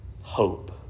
hope